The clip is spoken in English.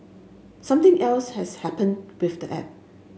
something else has happened with the app